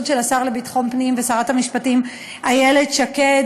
של השר לביטחון פנים ושרת המשפטים איילת שקד,